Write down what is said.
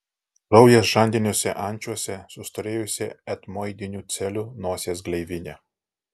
kraujas žandiniuose ančiuose sustorėjusi etmoidinių celių nosies gleivinė